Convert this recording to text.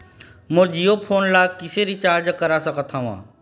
मोर Jio phone ला किसे recharge करा सकत हवं?